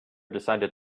decided